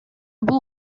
бул